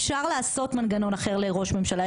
אפשר לעשות מנגנון אחר לראש ממשלה,